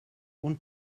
und